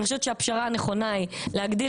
אני חושבת שהפשרה הנכונה היא להגדיל